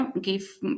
give